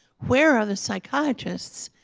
where are the psychiatrists?